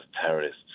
terrorists